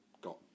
got